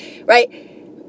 right